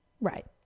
Right